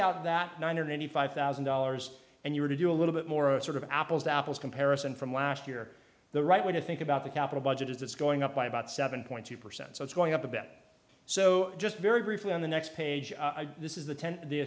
out that nine hundred eighty five thousand dollars and you were to do a little bit more of sort of apples to apples comparison from last year the right way to think about the capital budget is it's going up by about seven point two percent so it's going up a bit so just very briefly on the next page this is the t